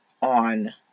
on